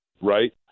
right